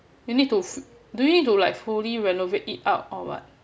you need to do you need to like fully renovate it out or what